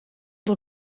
tot